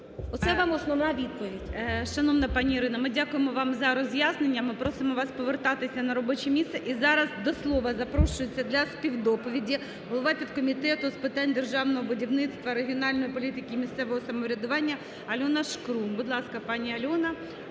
оце вам основна відповідь.